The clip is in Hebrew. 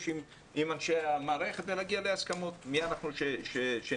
עם אנשי המערכת ולהגיע להסכמות כי מי אנחנו שנתנגד?